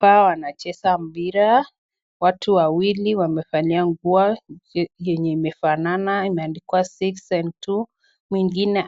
Hawa wanacheza mpira. Watu wawili wamevalia nguo yenye imefanana, imeandikwa six and two . Mwingine